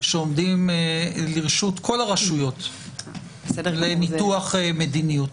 שעומדים לרשות כל הרשויות לניתוח מדיניות.